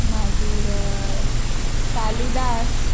मागीर कालिदास